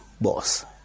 boss